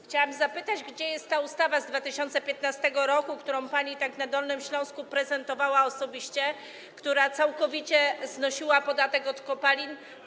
Chciałam zapytać, gdzie jest ta ustawa z 2015 r., którą pani na Dolnym Śląsku prezentowała osobiście i która całkowicie znosiła podatek od kopalin.